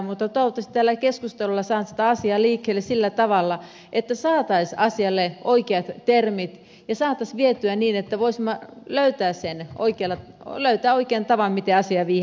mutta toivottavasti tällä keskustelulla saadaan sitä asiaa liikkeelle sillä tavalla että saataisiin asialle oikeat termit ja saataisiin vietyä niin että voisimme löytää sen oikean tavan miten asiaa viedään eteenpäin